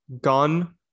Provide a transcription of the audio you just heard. gun